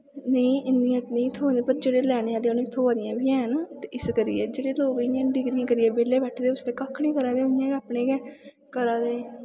नेईं इन्नी नेईं थ्होऐ पर जेह्ड़े लैने आह्ले उ'नें गी थ्होआ दियां बी हैन ते इस करियै जेह्ड़े लोग इ'यां डिग्रियां करियै बेहले बैठे दे कक्ख निं करा दे इ'यां अपने गै करा दे